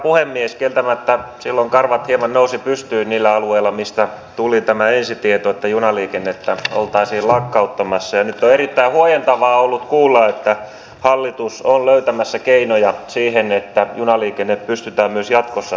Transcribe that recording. puhemies tietämättään sillankorva joka nousi pystyyn niillä alueilla mistä tuli tämä ensitietoutta junaliikennettä oltaisiin lakkauttamassa ja nyt yrittäähuojentavaa ollut kuulla että hallitus on löytämässä keinoja siihen että junaliikenne pystytään myös jatkossa